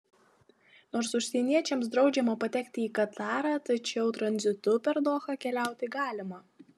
nors užsieniečiams draudžiama patekti į katarą tačiau tranzitu per dohą keliauti galima